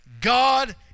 God